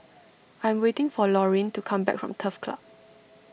I am waiting for Laurene to come back from Turf Club